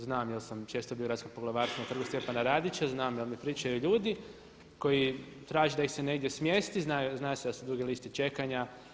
Znam jer sam često bio u Gradskom poglavarstvu na Trgu Stjepana Radića, znam jer mi pričaju ljudi koji traže da ih se negdje smjesti, zna se da su duge liste čekanja.